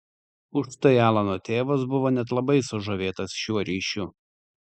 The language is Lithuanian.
užtai alano tėvas buvo net labai sužavėtas šiuo ryšiu